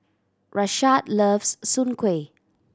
Rashaad loves soon kway